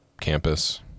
campus